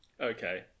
Okay